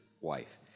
wife